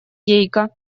гейка